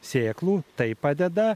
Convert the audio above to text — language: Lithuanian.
sėklų tai padeda